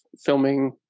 filming